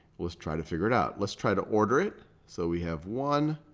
let's try to figure it out. let's try to order it. so we have one.